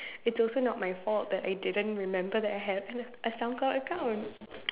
it's also not my fault that I didn't remember that I had a Soundcloud account